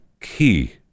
key